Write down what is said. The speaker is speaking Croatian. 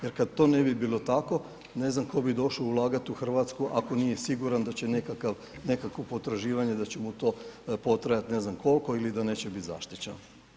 Jer kad to ne bi bilo tako ne znam tko bi došao u Hrvatsku ako nije siguran da će nekakav, nekakvo potraživanje da će mu to potrajati ne znam koliko ili da neće biti zaštićen.